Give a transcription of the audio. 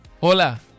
hola